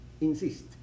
insist